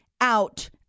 out